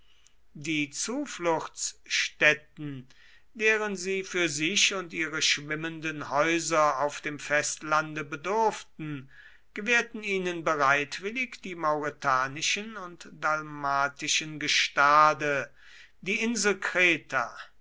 die zufluchtsstätten deren sie für sich und ihre schwimmenden häuser auf dem festlande bedurften gewährten ihnen bereitwillig die mauretanischen und dalmatischen gestade die insel kreta